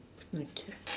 okay